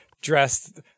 dressed